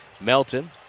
Melton